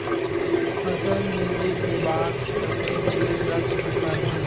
फसल मिंजे के बाद कतेक दिन रख सकथन?